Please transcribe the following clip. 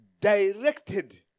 directed